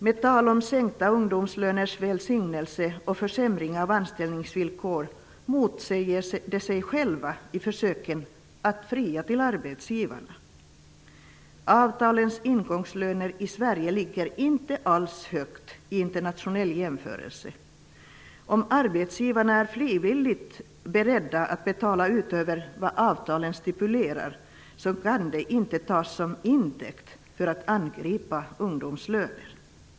Med tal om sänkta ungdomslöners välsignelse och försämringar av anställningsvillkor motsäger de sig själva i försöken i att fria till arbetsgivarna. Avtalens ingångslöner i Sverige ligger inte alls högt vid en internationell jämförelse. Om arbetsgivarna frivilligt är beredda att betala utöver vad avtalen stipulerar kan det inte tas som intäkt för att angripa ungdomslöner.